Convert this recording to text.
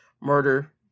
murder